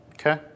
Okay